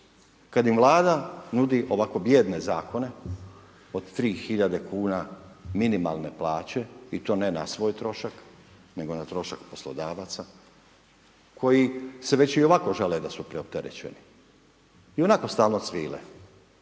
kada im Vlada nudi ovako bijedne zakone od 3 hiljade kuna minimalne plaće i to ne na svoj trošak, nego na trošak poslodavaca koji se već i ovako žale da su preopterećeni, i onako stalno cvile